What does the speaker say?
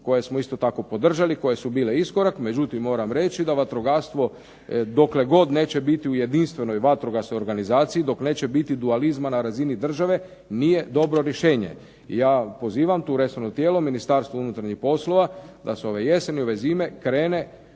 koje smo isto tako podržali, koje su bile iskorak, međutim moram reći da vatrogastvo dokle god neće biti u jedinstvenoj vatrogasnoj organizaciji, dok neće biti dualizma na razini države, nije dobro rješenje. Ja pozivam tu resorno tijelo Ministarstvo unutarnjih poslova da se ove jeseni, ove zime krene